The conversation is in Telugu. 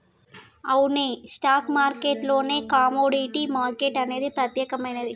అవునే స్టాక్ మార్కెట్ లోనే కమోడిటీ మార్కెట్ అనేది ప్రత్యేకమైనది